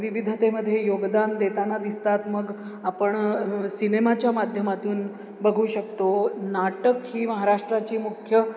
विविधतेमध्ये योगदान देताना दिसतात मग आपण सिनेमाच्या माध्यमातून बघू शकतो नाटक ही महाराष्ट्राची मुख्य